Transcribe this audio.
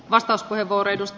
arvoisa puhemies